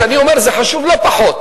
שאני אומר שזה חשוב לא פחות,